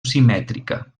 simètrica